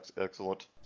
excellent